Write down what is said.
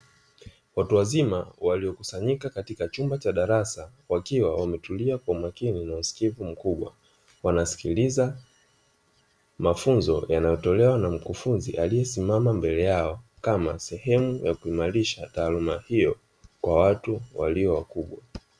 Watu wazima waliokusanyika katika chumba cha darasa, wakiwa wametulia kwa umakini na usikivu mkubwa. Wanasikiliza mafunzo yanayotolewa na mkufunzi aliyesimama mbele yao, kama sehemu ya kuimarisha taaluma hiyo kwa watu walio wakubwa.